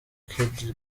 kid